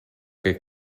che